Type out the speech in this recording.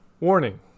Warning